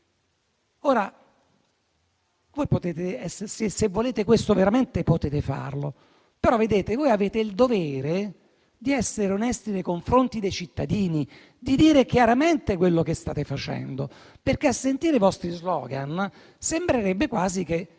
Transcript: Ora se è questo che veramente volete, potete farlo. Però, vedete, voi avete il dovere di essere onesti nei confronti dei cittadini, di dire chiaramente quello che state facendo, perché a sentire i vostri *slogan* sembrerebbe quasi che